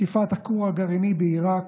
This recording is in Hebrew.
תקיפת הכור הגרעיני בעיראק,